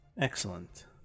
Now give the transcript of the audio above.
Excellent